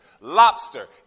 lobster